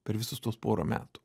per visus tuos porą metų